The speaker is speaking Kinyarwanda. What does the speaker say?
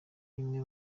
bimwe